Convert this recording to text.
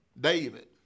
David